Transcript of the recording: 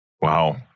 Wow